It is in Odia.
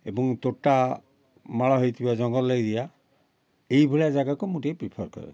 ଏବଂ ତୋଟା ମାଳ ହେଇଥିବା ଜଙ୍ଗଲ ଏରିଆ ଏଇ ଭଳିଆ ଜାଗାକୁ ମୁଁ ଟିକେ ପ୍ରିଫର୍ କରେ